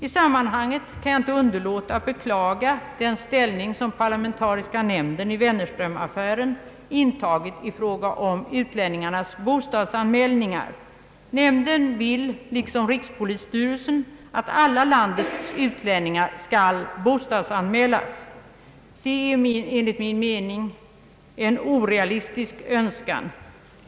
I sammanhanget kan jag inte underlåta att beklaga den ställning som den parlamentariska nämnden i Wennerströmaffären intagit i fråga om utlänningarnas bostadsanmälningar. Nämnden vill liksom rikspolisstyrelsen att alla landets utlännnigar skall bostadsanmälas. Det är enligt min mening en orealistisk önskan.